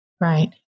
Right